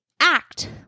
act